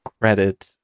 credit